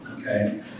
okay